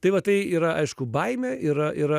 tai va tai yra aišku baimė yra yra